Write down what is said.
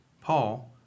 Paul